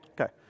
Okay